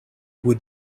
would